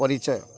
ପରିଚୟ